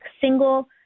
single